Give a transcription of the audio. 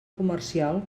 comercial